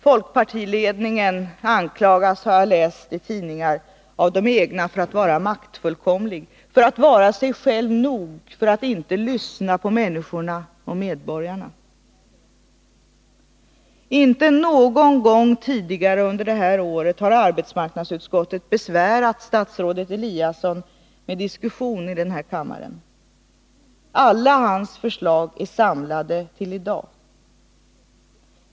Folkpartiledningen anklagas, har jag läst i tidningar, av de egna för att vara maktfullkomlig, för att vara sig själv nog och för att inte lyssna på människorna och medborgarna. Inte någon gång tidigare under det här året har arbetsmarknadsutskottet besvärat statsrådet Eliasson med en diskussion häri kammaren. Alla hans förslag är samlade till i dag.